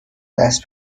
دست